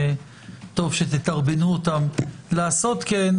וטוב שתדרבנו אותם לעשות כן,